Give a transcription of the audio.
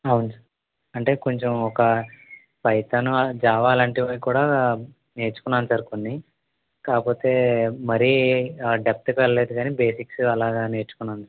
అవును సార్ అంటే కొంచెం ఒక పైథాన్ ఆర్ జావా లాంటివి కూడా నేర్చుకున్నాను సార్ కొన్ని కాకపోతే మరి డెప్త్కు వెళ్ళలేదు కానీ బేసిక్స్ అలాగ నేర్చుకున్నాను